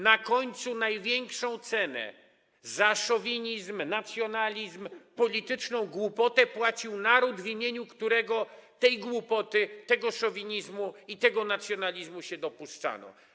Na końcu największą cenę za szowinizm, nacjonalizm, polityczną głupotę płacił naród, w imieniu którego aktów tej głupoty, tego szowinizmu i tego nacjonalizmu się dopuszczano.